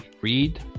read